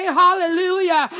hallelujah